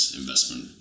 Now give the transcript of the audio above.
investment